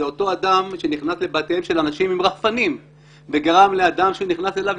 זה אותו אדם שנכנס לבתיהם של אנשים עם רחפנים וגרם לאדם שנכנס אליו,